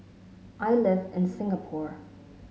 I live in Singapore